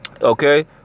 Okay